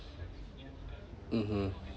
mmhmm